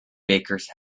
bakers